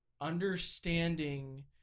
understanding